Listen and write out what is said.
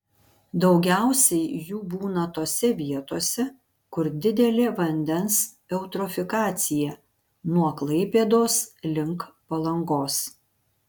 daugiausiai jų būna tose vietose kur didelė vandens eutrofikacija nuo klaipėdos link palangos